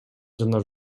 жана